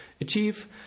achieve